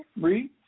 Read